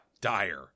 Dire